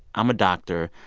i'm a doctor.